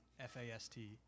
f-a-s-t